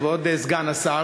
כבוד סגן השר,